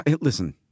Listen